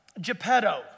Geppetto